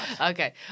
Okay